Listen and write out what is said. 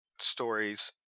stories